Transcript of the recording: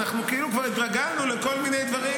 אנחנו כאילו כבר התרגלנו לכל מיני דברים.